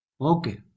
Okay